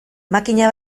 makina